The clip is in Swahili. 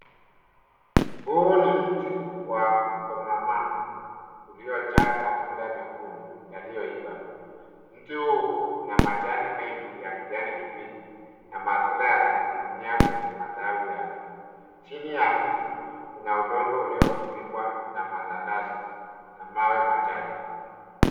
Huu ni mti wa komamanga uliojaa matunda mekundu yaliyoiva. Mti huu una majani mengi ya kijani kibichi na matunda yananing'inia kwenye matawi yake. Chini ya mti, kuna udongo uliofunikwa na matandazo na mawe machache.